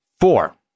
Four